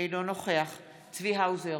אינו נוכח צבי האוזר,